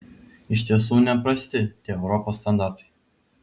iš tiesų neprasti tie europos standartai